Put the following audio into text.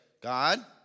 God